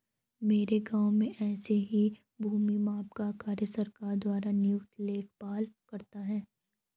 मेरे गांव में ऐसे ही भूमि माप का कार्य सरकार द्वारा नियुक्त लेखपाल करता है